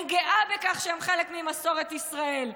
אני גאה בכך שהם חלק ממסורת ישראל,